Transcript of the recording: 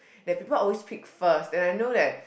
the people always pick first and I know that